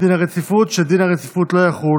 דין הרציפות, שדין הרציפות לא יחול